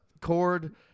cord